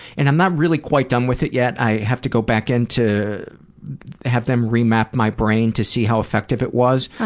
and i'm not really quite done with it yet. i have to go back in and have them remap my brain to see how effective it was, ah